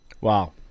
Wow